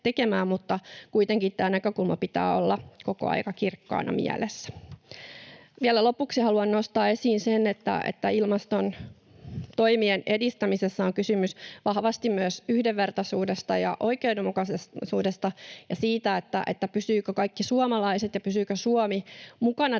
mutta kuitenkin tämän näkökulman pitää olla koko aika kirkkaana mielessä. Vielä lopuksi haluan nostaa esiin sen, että ilmastotoimien edistämisessä on kysymys vahvasti myös yhdenvertaisuudesta, oikeudenmukaisuudesta ja siitä, pysyvätkö kaikki suomalaiset ja pysyykö Suomi mukana